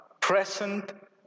present